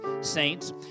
Saints